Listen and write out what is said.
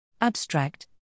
Abstract